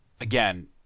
again